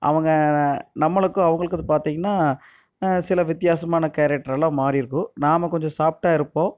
அவங்க நம்மளுக்கும் அவங்களுக்கும் இது பார்த்தீங்கன்னா சில வித்தியாசமான கேரக்டரெல்லாம் மாறிடுது நாம் கொஞ்சம் சாஃப்ட்டாக இருப்போம்